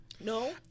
No